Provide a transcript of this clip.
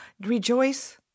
rejoice